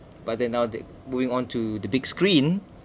but they now they moving onto the big screen